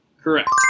Correct